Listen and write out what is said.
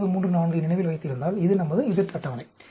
0934 நினைவில் வைத்திருந்தால் இது நமது Z அட்டவணை